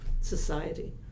society